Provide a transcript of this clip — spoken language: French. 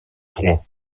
étroit